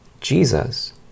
Jesus